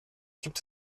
gibt